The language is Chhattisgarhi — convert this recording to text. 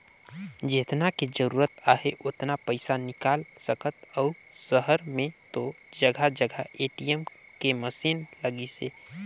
जेतना के जरूरत आहे ओतना पइसा निकाल सकथ अउ सहर में तो जघा जघा ए.टी.एम के मसीन लगिसे